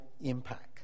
impact